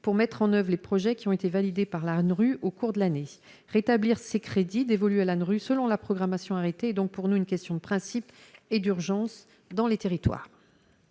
pour mettre en oeuvre les projets qui ont été validés par l'ANRU au cours de l'année, rétablir ces crédits dévolus à l'ANRU selon la programmation arrêté donc pour nous une question de principe et d'urgence dans les territoires.